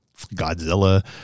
godzilla